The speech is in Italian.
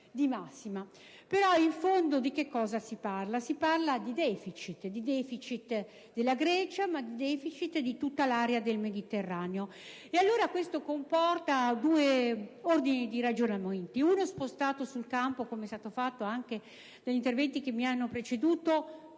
di massima. In fondo, però, di che cosa si parla? Si parla di deficit: di deficit della Grecia, di deficit di tutta l'area del Mediterraneo. Ciò comporta due ordini di ragionamenti: uno è spostato sul campo europeo (come è stato fatto anche negli interventi che mi hanno preceduto).